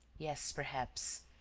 yes, perhaps.